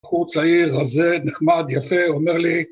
בחור צעיר רזה, נחמד, יפה, אומר לי.